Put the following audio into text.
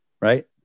Right